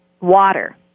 water